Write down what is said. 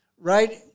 right